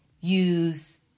use